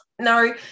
No